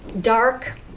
dark